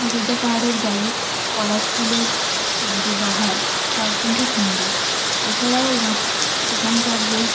অযোধ্যা পাহাড়ের গায়ে পলাশ ফুলের যে বাহার তা অত্যন্ত সুন্দর এছাড়াও বা সেখানকার যে